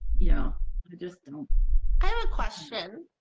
yeah but just don't. i have a question.